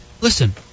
listen